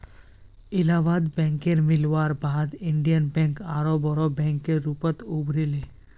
इलाहाबाद बैकेर मिलवार बाद इन्डियन बैंक आरोह बोरो बैंकेर रूपत उभरी ले